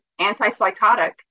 antipsychotic